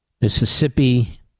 Mississippi